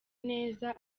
neza